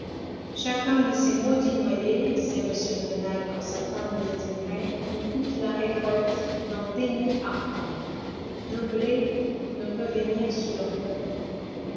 chacun de ces maudits noyers disait m de rênal quand sa femme les admirait me coûte la récolte d'un demi-arpent le blé ne peut venir sous leur ombre